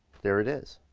there it is.